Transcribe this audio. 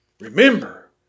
Remember